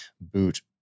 boot